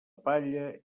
palla